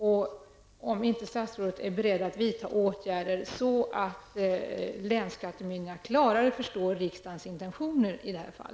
Är inte statsrådet beredd att vidta åtgärder så att länsskattemyndigheten klarare förstår riksdagens intentioner i det här fallet?